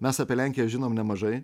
mes apie lenkiją žinome nemažai